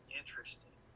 interesting